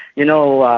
you know,